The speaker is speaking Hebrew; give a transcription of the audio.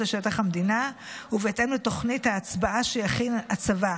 לשטח המדינה ובהתאם לתוכנית ההצבעה שיכין הצבא.